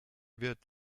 wird